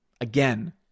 Again